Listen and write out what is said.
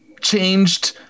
changed